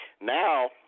Now